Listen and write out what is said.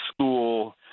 school